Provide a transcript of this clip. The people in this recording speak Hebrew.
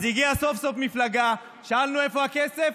אז הגיעה סוף-סוף מפלגה, שאלנו: איפה הכסף?